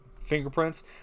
fingerprints